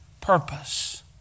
purpose